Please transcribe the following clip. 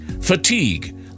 Fatigue